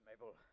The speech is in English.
Mabel